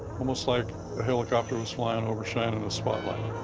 almost like a helicopter was flying over, shining a spotlight.